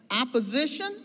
opposition